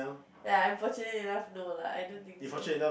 ya I'm fortunate enough no lah I don't think so